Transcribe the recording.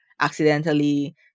accidentally